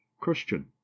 christian